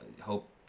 hope